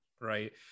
right